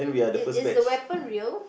is is the weapon real